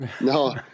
No